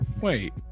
Wait